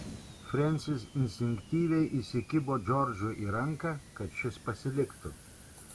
frensis instinktyviai įsikibo džordžui į ranką kad šis pasiliktų